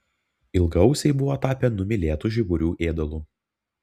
ilgaausiai buvo tapę numylėtu žiburių ėdalu